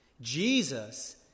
Jesus